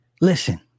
Listen